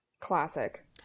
Classic